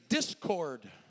Discord